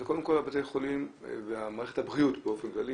אז קודם כל בתי החולים ומערכת הבריאות באופן כללי